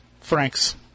Frank's